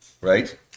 right